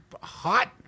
hot